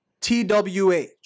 TWH